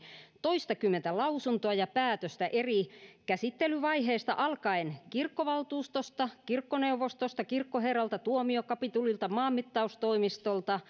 toistakymmentä lausuntoa ja päätöstä eri käsittelyvaiheista alkaen kirkkovaltuustosta kirkkoneuvostosta kirkkoherralta tuomiokapitulilta maanmittaustoimistolta